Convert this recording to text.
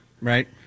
right